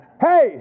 Hey